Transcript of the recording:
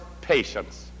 patience